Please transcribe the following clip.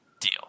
deal